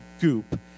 goop